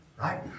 right